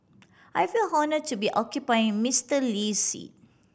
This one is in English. I feel honour to be occupying Mister Lee seat